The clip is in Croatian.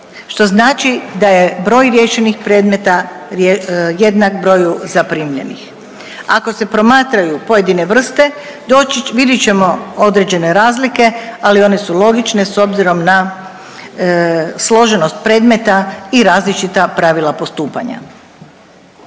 što znači da je broj riješenih predmeta jednak broju zaprimljenih. Ako se promatraju pojedine vrste vidjet ćemo određene razlike, ali one su logične s obzirom na složenost predmeta i različita pravila postupanja.